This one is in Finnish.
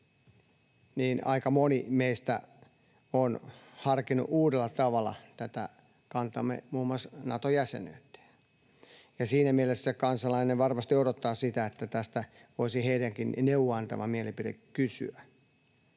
niin aika moni meistä on harkinnut uudella tavalla kantaansa muun muassa Nato-jäsenyyteen, ja siinä mielessä kansalainen varmasti odottaa sitä, että tästä voisi heidänkin neuvoa-antavaa mielipidettänsä